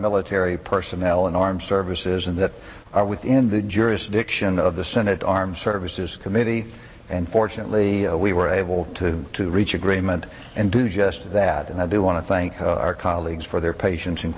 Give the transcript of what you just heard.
military personnel in arms services in that are within the jurisdiction of the senate armed services committee and fortunately we were able to reach agreement and do just that and i do want to thank our colleagues for their patien